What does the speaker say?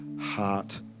heart